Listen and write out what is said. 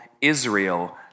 Israel